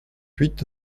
huit